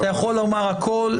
אתה יכול לומר הכל,